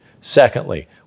Secondly